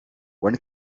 when